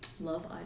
Love